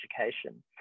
education